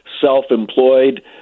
self-employed